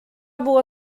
było